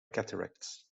cataracts